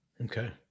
Okay